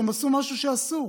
שהם עשו משהו שאסור.